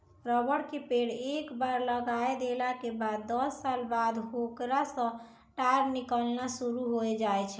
rubber के पेड़ एक बार लगाय देला के बाद दस साल बाद होकरा सॅ टार निकालना शुरू होय जाय छै